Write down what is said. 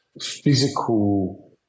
physical